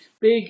big